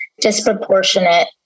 disproportionate